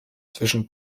zwischen